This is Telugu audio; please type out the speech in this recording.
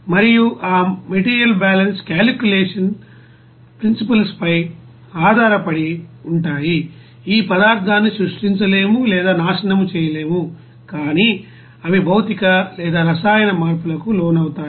మరియు ఆ material balance calculation principles పై ఆధారపడి ఉంటాయి ఈ పదార్థాన్ని సృష్టించలేము లేదా నాశనం చేయలేము కాని అవి భౌతిక లేదా రసాయన మార్పులకు లోనవుతాయి